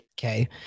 okay